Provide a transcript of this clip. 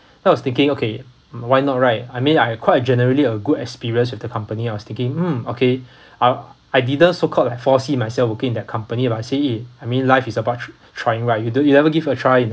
then I was thinking okay why not right I mean I have quite a generally a good experience with the company I was thinking mm okay uh I didn't so called like foresee myself working in that company but I see it in I mean life is about trying right you don't you never give it a try you